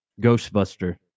Ghostbuster